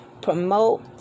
promote